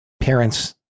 parents